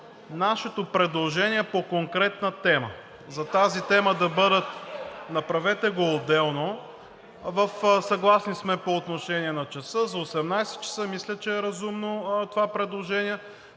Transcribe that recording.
Нашето предложение е по конкретна тема. За тази тема да бъдат... Направете го отделно. Съгласни сме по отношение на часа за 18,00 ч. Мисля, че е разумно това предложение.